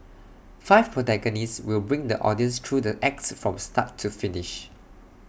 five protagonists will bring the audience through the acts from start to finish